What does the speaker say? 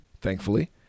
thankfully